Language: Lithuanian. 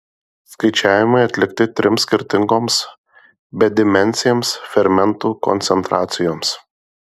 skaičiavimai atlikti trims skirtingoms bedimensėms fermentų koncentracijoms